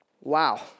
Wow